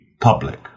public